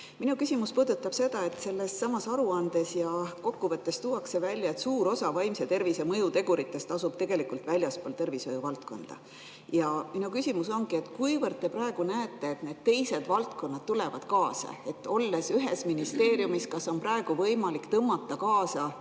Mu küsimus puudutab seda, et sellessamas aruandes ja kokkuvõttes tuuakse välja, et suur osa vaimse tervise mõjuteguritest asub väljaspool tervishoiu valdkonda. Minu küsimus ongi: kuivõrd te praegu näete, et need teised valdkonnad tulevad kaasa? Olles ühes ministeeriumis, kas on praegu võimalik tõmmata kaasa